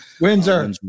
Windsor